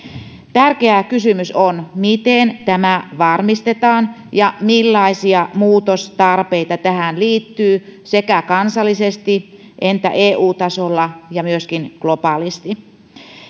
tärkeä kysymys on miten tämä varmistetaan ja millaisia muutostarpeita tähän liittyy sekä kansallisesti että eu tasolla ja myöskin globaalisti